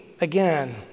again